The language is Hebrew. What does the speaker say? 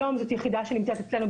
היום זו יחידה שנמצאת אצלנו,